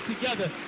together